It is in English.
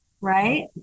Right